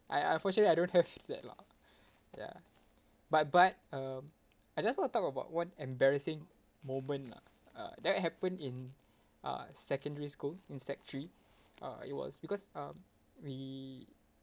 I unfortunately I don't have that lah ya but but um I just want to talk about one embarrassing moment lah uh that happened in uh secondary school in sec three uh it was because um we